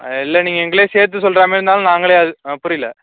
இல்லை நீங்கள் எங்களையும் சேர்த்து சொல்கிறா மாதிரி இருந்தாலும் நாங்களே அது ஆ புரியல